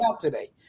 today